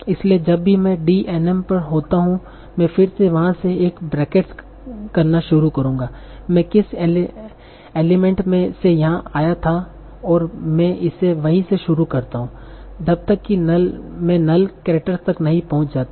इसलिए जब भी मैं D n m पर होता हूं मैं फिर से वहां से एक बैकट्रेस करना शुरू करूंगा मैं किस एलीमेंट से यहां आया था और मैं इसे वहीं से शुरू करता हूं जब तक कि मैं null केरेक्टरस तक नहीं पहुंच जाता